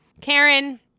Karen